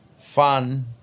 fun